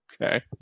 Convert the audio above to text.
Okay